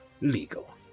legal